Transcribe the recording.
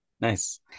Nice